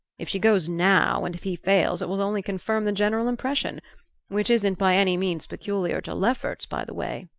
if she goes now, and if he fails, it will only confirm the general impression which isn't by any means peculiar to lefferts, by the way.